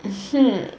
mmhmm